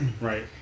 Right